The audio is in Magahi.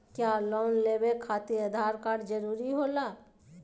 क्या लोन लेवे खातिर आधार कार्ड जरूरी होला?